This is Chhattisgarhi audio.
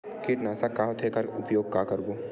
कीटनाशक का होथे एखर का उपयोग करबो?